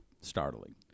startling